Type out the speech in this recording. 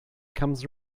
comes